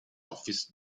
office